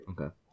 Okay